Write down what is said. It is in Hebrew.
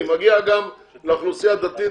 מגיע גם לאוכלוסייה הדתית,